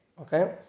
Okay